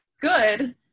good